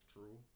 True